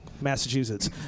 massachusetts